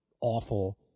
awful